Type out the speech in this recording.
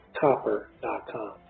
copper.com